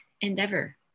endeavor